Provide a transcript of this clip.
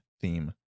theme